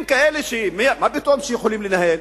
הם כאלה, שמה פתאום הם יכולים לנהל?